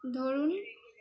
ধরুন